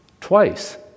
twice